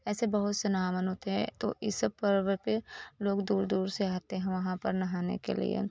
ऐसे बहुत से नहावन होते हैं तो इन सब पर्व पर लोग दूर दूर से आते हैं वहाँ पर नहाने के लिए